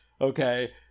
okay